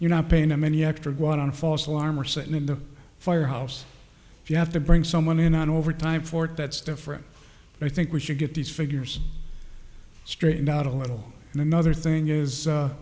you're not paying them any extra water on false alarm or sitting in the firehouse if you have to bring someone in on overtime for it that's different i think we should get these figures straightened out a little and another thing is